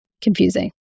confusing